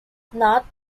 north